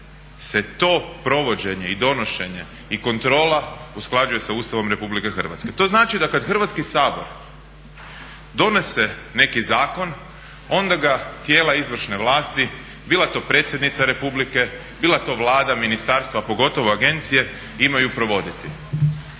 se to provođenje i donošenje i kontrola usklađuje sa Ustavom RH. To znači da kada Hrvatski sabor donose neki zakon onda ga tijela izvršne vlasti bila to predsjednica Republike, bila to Vlada, ministarstva, pogotovo agencije imaju provoditi.